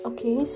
Okay